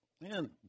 man